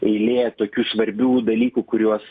eilė tokių svarbių dalykų kuriuos